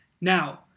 Now